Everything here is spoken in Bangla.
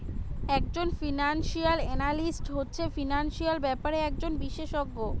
একজন ফিনান্সিয়াল এনালিস্ট হচ্ছে ফিনান্সিয়াল ব্যাপারে একজন বিশেষজ্ঞ